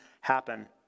happen